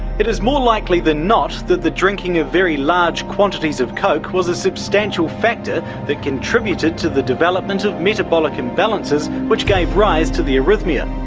it is more likely than not that the drinking of very large quantities of coke was substantial factor that contributed to the development of metabolic imbalances which gave rise to the arrhythmia.